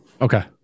Okay